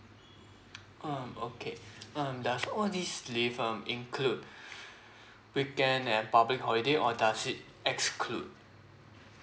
um okay um does all these leave um include weekend and public holiday or does it exclude